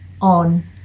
on